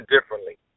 differently